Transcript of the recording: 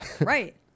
Right